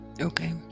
okay